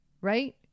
Right